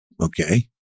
okay